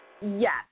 Yes